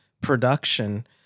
production